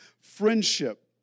friendship